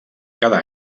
cada